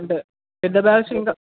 అంటే పెద్ద బ్యాగ్స్ ఇంకా